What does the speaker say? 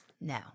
No